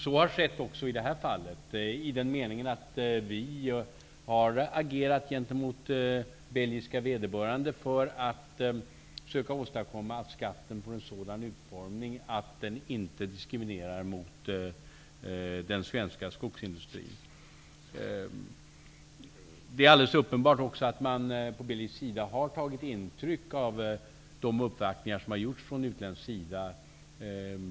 Så har skett också i detta fall i den meningen att vi har agerat gentemot belgiska vederbörande för att försöka åstadkomma att skatten får en sådan utformning att den inte diskriminerar den svenska skogsindustrin. Det är alldeles uppenbart att man i Belgien har tagit intryck av de uppvaktningar som har gjorts från utländsk sida.